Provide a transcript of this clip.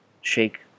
shake